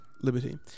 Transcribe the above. Liberty